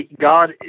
God